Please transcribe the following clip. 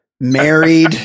married